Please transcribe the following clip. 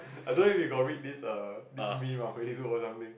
I don't know if you got read this err this meme on Facebook or something